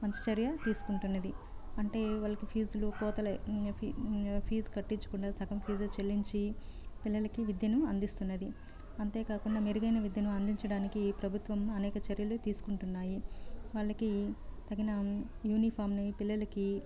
మంచి చర్య తీసుకుంటున్నది అంటే వాళ్ళకి ఫీజులు కోతలు ఫీస్ కట్టించుకునే సగం ఫీస్ చెల్లించి పిల్లలకు విద్యను అందిస్తున్నది అంతే కాకుండా మెరుగైన విద్యను అందిచడానికి ప్రభుత్వం అనేక చర్యలు తీసుకుంటున్నాయి వాళ్ళకి తగిన యూనిఫామ్ను పిల్లలకి